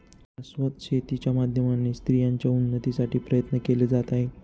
शाश्वत शेती च्या माध्यमाने स्त्रियांच्या उन्नतीसाठी प्रयत्न केले जात आहे